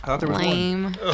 Lame